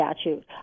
statute